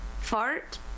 Fart